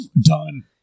done